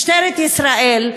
משטרת ישראל,